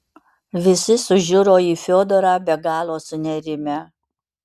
visi sužiuro į fiodorą be galo sunerimę